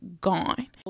gone